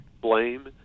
blame